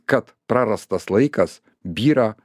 kad prarastas laikas byra